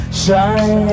shine